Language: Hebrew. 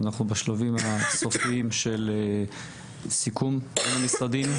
אנחנו בשלבים הסופיים של סיכום עם המשרדים,